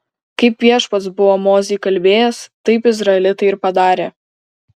kaip viešpats buvo mozei kalbėjęs taip izraelitai ir padarė